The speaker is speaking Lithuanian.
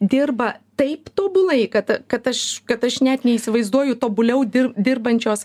dirba taip tobulai kad kad aš kad aš net neįsivaizduoju tobuliau dirb dirbančios